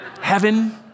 Heaven